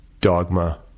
dogma